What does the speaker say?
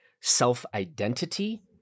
self-identity